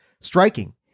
striking